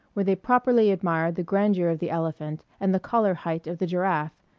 where they properly admired the grandeur of the elephant and the collar-height of the giraffe,